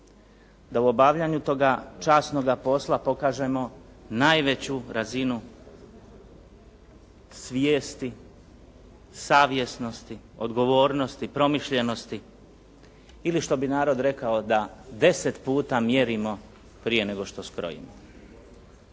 da u obavljanju toga časnoga posla pokažemo najveću razinu svijesti, savjesnosti, odgovornosti, promišljenosti ili što bi narod rekao da deset puta mjerimo prije nego što skrojimo.